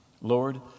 Lord